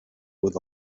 with